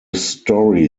story